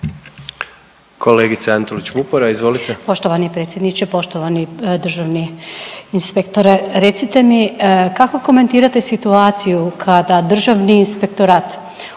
**Antolić Vupora, Barbara (SDP)** Poštovani predsjedniče, poštovani državni inspektore. Recite mi, kako komentirate situaciju kada Državni inspektorat